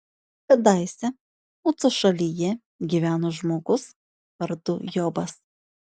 kadaise uco šalyje gyveno žmogus vardu jobas